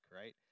right